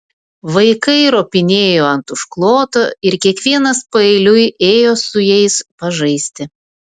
vaikai ropinėjo ant užkloto ir kiekvienas paeiliui ėjo su jais pažaisti